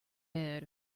did